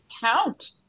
count